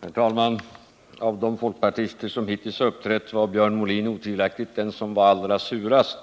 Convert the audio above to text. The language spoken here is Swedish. Herr talman! Av de folkpartister som hittills har uppträtt var Björn Molin otvivelaktigt den som var allra surast